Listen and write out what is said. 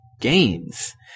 games